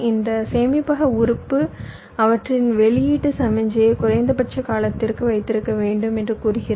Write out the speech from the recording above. இந்த சேமிப்பக உறுப்பு அவற்றின் வெளியீட்டு சமிக்ஞையை குறைந்தபட்ச காலத்திற்கு வைத்திருக்க வேண்டும் என்று கூறுகிறது